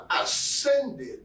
ascended